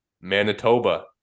Manitoba